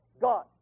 God